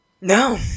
No